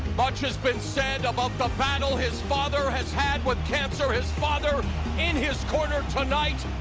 much has been said about the battle his father has had with cancer. his father in his corner tonight.